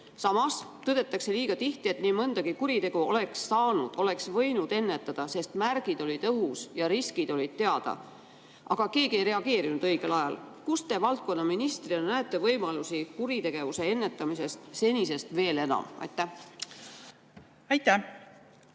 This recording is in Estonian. Samas tõdetakse liiga tihti, et nii mõndagi kuritegu oleks saanud, oleks võinud ennetada, sest märgid olid õhus ja riskid olid teada, aga keegi ei reageerinud õigel ajal. Kus te valdkonnaministrina näete võimalusi kuritegevuse ennetamiseks senisest veel enam? Aitäh,